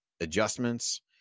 adjustments